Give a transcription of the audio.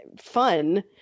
fun